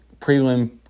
prelim